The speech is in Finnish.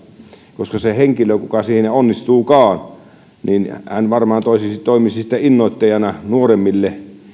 koska se henkilö kuka siinä onnistuukaan varmaan toimisi sitten innoittajana nuoremmille